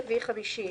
רביעי וחמישי,